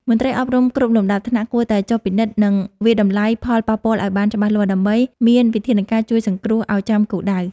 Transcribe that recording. មន្ត្រីអប់រំគ្រប់លំដាប់ថ្នាក់គួរតែចុះពិនិត្យ និង វាយតម្លៃផលប៉ះពាល់ឱ្យបានច្បាស់លាស់ ដើម្បីមានវិធានការជួយសង្គ្រោះឱ្យចំគោលដៅ។